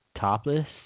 topless